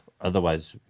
Otherwise